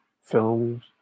films